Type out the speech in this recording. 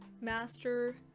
master